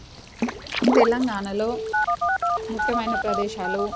తెలంగాణలో ముఖ్యమైన ప్రదేశాలు